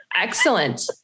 Excellent